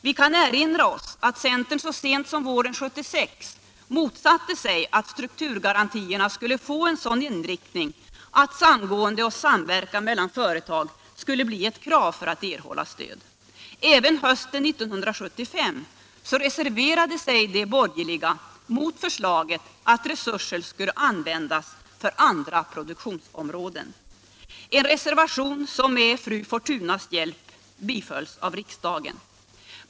Vi kan erinra oss att centern så sent som våren 1976 motsatte sig att strukturgarantierna skulle få en sådan inriktning att samgående och samverkan mellan företag skulle bli ett krav för att erhålla stöd. Även hösten 1975 reserverade sig de borgerliga ledamöterna i utskottet mot förslaget att resurser skulle användas för andra produktionsområden — en reservation som med fru Fortunas hjälp bifölls av riksdagen.